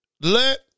let